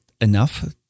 enough